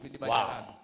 wow